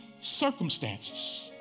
circumstances